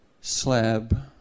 slab